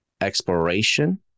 exploration